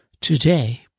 Today